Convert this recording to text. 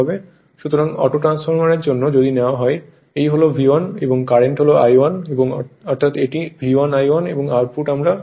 সুতরাং অটোট্রান্সফরমারের জন্য যদি নেওয়া হয় এই হল V1 এবং কারেন্ট হল I1 অর্থাৎ এটি V1 I1 এবং আউটপুট আমরা V2 পাই